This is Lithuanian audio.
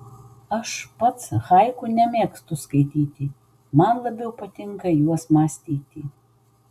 aš pats haiku nemėgstu skaityti man labiau patinka juos mąstyti